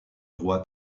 roi